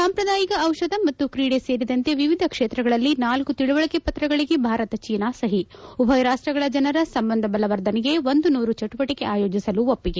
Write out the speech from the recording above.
ಸಾಂಪ್ರದಾಯಿಕ ಔಷಧ ಮತ್ತು ತ್ರೀಡೆ ಸೇರಿದಂತೆ ವಿವಿಧ ಕ್ಷೇತ್ರಗಳಲ್ಲಿ ನಾಲ್ಲು ತಿಳಿವಳಿಕೆ ಪ್ರತಗಳಿಗೆ ಭಾರತ ಚೀನಾ ಸಹಿ ಉಭಯ ರಾಷ್ಸಗಳ ಜನರ ಸಂಬಂಧ ಬಲವರ್ಧನೆಗೆ ಒಂದು ನೂರು ಚಟುವಟಿಕೆ ಆಯೋಜಿಸಲು ಒಪ್ಪಿಗೆ